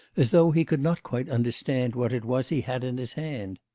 as though he could not quite understand what it was he had in his hand.